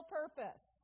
purpose